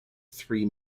three